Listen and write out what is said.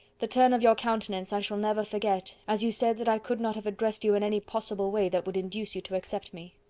the turn of your countenance i shall never forget, as you said that i could not have addressed you in any possible way that would induce you to accept me.